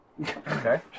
Okay